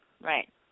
right